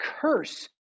curse